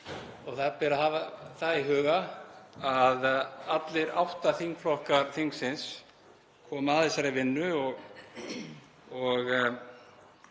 Það ber að hafa það í huga að allir átta þingflokkar þingsins komu að þessari vinnu og